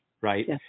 right